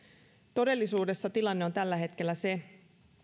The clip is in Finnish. todellisuudessa tilanne on tällä hetkellä se